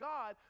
God